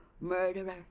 Murderer